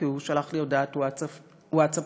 כי הוא שלח לי הודעת ווטסאפ לפני